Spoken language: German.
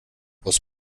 aus